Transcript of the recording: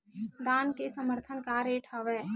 धान के समर्थन रेट का हवाय?